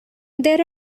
there